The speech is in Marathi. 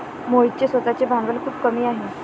मोहितचे स्वतःचे भांडवल खूप कमी आहे